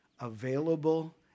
available